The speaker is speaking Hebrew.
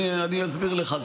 אני אסביר לך.